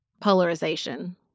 polarization